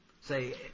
say